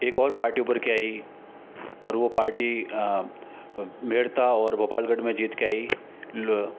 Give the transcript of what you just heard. एक और पार्टी उभर के आई और वो पार्टी मेड़ता और गोपालगढ़ में जीत के आई